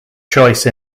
choice